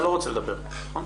בבקשה.